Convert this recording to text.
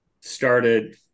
Started